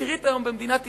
עשירית במדינת ישראל,